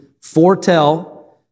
foretell